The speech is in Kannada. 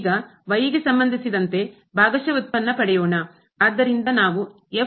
ಈಗ ಗೆ ಸಂಬಂಧಿಸಿದಂತೆ ಭಾಗಶಃ ವ್ಯುತ್ಪನ್ನ ಪಡೆಯೋಣ